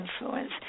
influence